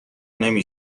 نمی